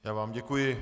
Já vám děkuji.